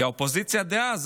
כי האופוזיציה דאז,